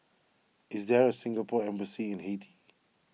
is there a Singapore Embassy in Haiti